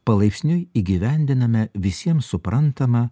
palaipsniui įgyvendiname visiems suprantama